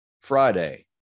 friday